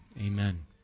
amen